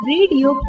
Radio